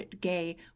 gay